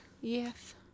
Yes